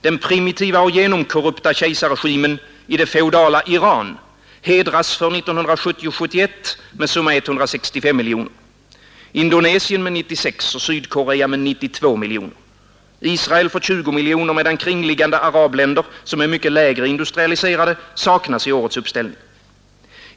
Den primitiva och genomkorrupta kejsarregimen i det feodala Iran hedras för 1970-1971 med summa 165 miljoner, Indonesien med 96 och Sydkorea med 92 miljoner. Israel får 20 miljoner, medan kringliggande arabländer, som är mycket lägre industrialiserade, saknas i årets uppställning.